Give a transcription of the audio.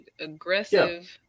Aggressive